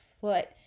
foot